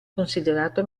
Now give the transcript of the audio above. considerato